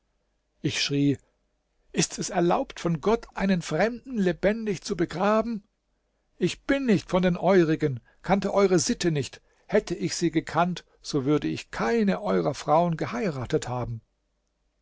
ich schrie ist es erlaubt von gott einen fremden lebendig zu begraben ich bin nicht von den eurigen kannte eure sitte nicht hätte ich sie gekannt so würde ich keine eurer frauen geheiratet haben